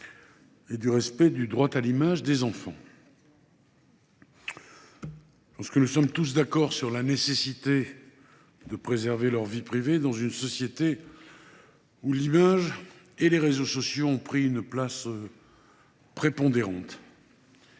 et le respect du droit à l’image des enfants. Nous sommes tous d’accord sur la nécessité de préserver leur vie privée dans une société où l’image et les réseaux sociaux ont pris une place prépondérante.